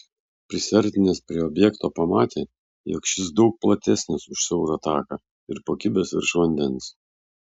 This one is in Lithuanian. prisiartinęs prie objekto pamatė jog šis daug platesnis už siaurą taką ir pakibęs virš vandens